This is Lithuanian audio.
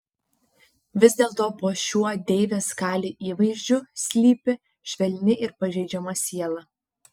vis dėlto po šiuo deivės kali įvaizdžiu slypi švelni ir pažeidžiama siela